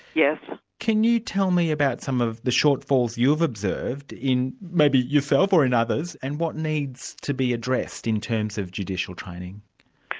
yeah can you tell me about some of the shortfalls you've observed in maybe yourself, or in others, and what needs to be addressed in terms of judicial training?